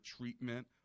treatment